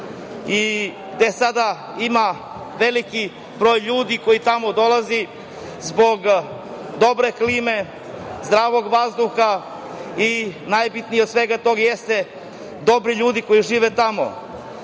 i gde sada ima veliki broj ljudi koji tamo dolazi zbog dobre klime, zdravog vazduha i najbitnije od svega toga jesu dobri ljudi koji žive